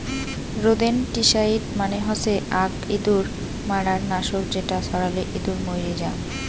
rodenticide মানে হসে আক ইঁদুর মারার নাশক যেটা ছড়ালে ইঁদুর মইরে জাং